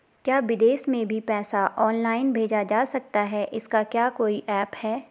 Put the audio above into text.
क्या विदेश में भी पैसा ऑनलाइन भेजा जा सकता है इसका क्या कोई ऐप है?